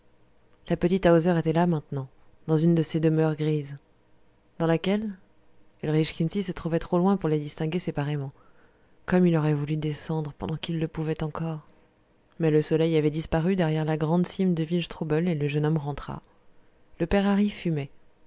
la petite hauser était là maintenant dans une de ces demeures grises dans laquelle ulrich kunsi se trouvait trop loin pour les distinguer séparément comme il aurait voulu descendre pendant qu'il le pouvait encore mais le soleil avait disparu derrière la grande cime de wildstrubel et le jeune homme rentra le père hari fumait